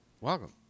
welcome